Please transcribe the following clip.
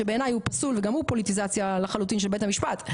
שבעיניי הוא פסול וגם הוא פוליטיזציה לחלוטין של בית המשפט,